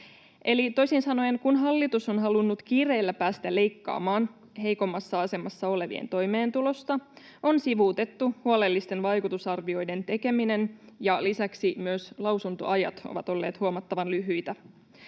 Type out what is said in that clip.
toisin sanoen, kun hallitus on halunnut kiireellä päästä leikkaamaan heikommassa asemassa olevien toimeentulosta, on sivuutettu huolellisten vaikutusarvioiden tekeminen ja lisäksi myös lausuntoajat ovat olleet huomattavan lyhyitä.